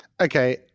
Okay